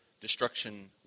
destruction